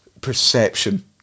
perception